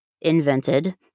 invented